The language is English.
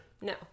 No